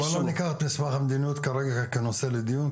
בוא לא ניקח את מסמך המדיניות כרגע כנושא לדיון,